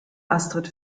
astrid